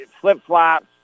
Flip-flops